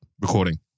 recording